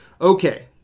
okay